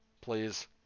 Please